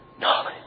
knowledge